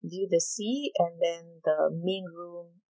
view the sea and then the main room